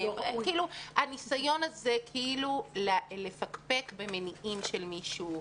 הניסיון הזה כאילו לפקפק במניעים של מישהו,